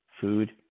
food